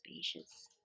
spacious